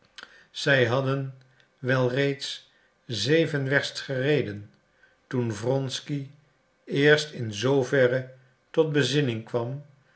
zij hadden wel reeds zeven werst gereden toen wronsky eerst in zoover tot bezinning kwam